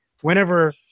Whenever